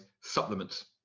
supplements